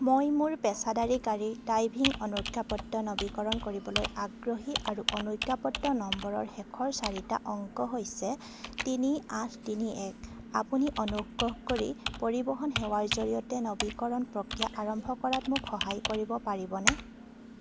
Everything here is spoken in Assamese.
মই মোৰ পেচাদাৰী গাড়ী ড্ৰাইভিং অনুজ্ঞাপত্ৰ নৱীকৰণ কৰিবলৈ আগ্ৰহী আৰু অনুজ্ঞাপত্ৰ নম্বৰৰ শেষৰ চাৰিটা অংক হৈছে তিনি আঠ তিনি এক আপুনি অনুগ্ৰহ কৰি পৰিৱহণ সেৱাৰ জৰিয়তে নৱীকৰণ প্ৰক্ৰিয়া আৰম্ভ কৰাত মোক সহায় কৰিব পাৰিবনে